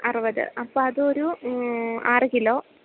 അറുപത് അപ്പോൾ അതും ഒരു ആറ് കിലോ